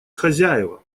хозяева